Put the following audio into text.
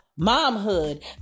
momhood